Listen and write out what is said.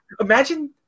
Imagine